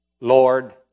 Lord